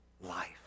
life